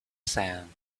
sand